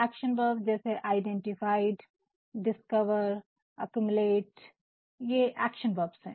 action verbs है identified discover accumulate ये action verbs है